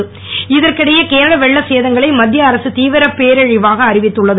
பேரழிவு இதற்கிடையே கேரள வெள்ளச் சேதங்களை மத்திய அரசு தீவிரப் பேரழிவாக அறிவித்துள்ளது